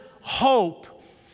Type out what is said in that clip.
hope